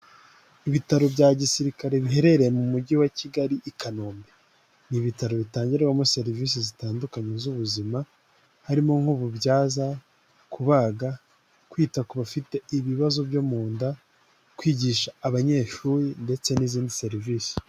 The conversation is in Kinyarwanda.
Ibitaro bya gisirikare biherereye mu mujyi wa Kigali i Kanombe. Ni ibitaro bitangirwamo serivisi zitandukanye z'ubuzima harimo:nk'ububyaza, kubaga, kwita ku bafite ibibazo byo mu nda, kwigisha abanyeshuri ndetse n'izindi serivisi.